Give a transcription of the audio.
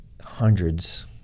hundreds